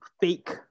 fake